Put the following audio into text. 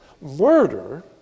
murder